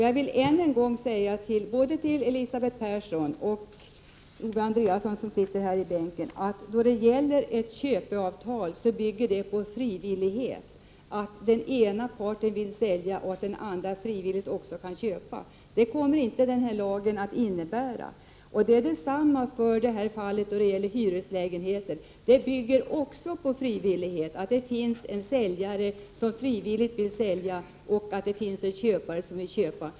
Jag vill än en gång säga till både Elisabeth Persson och Owe Andréasson att ett köpeavtal bygger på frivillighet, att den ena parten vill sälja och att den andra parten frivilligt kan köpa. Det kommer den här lagen inte att innebära. Det är på samma sätt med fallet med hyreslägenheter. Också det bygger på att det finns en som frivilligt vill sälja och en som frivilligt vill köpa.